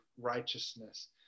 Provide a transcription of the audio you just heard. righteousness